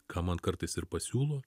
ką man kartais ir pasiūlo